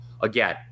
Again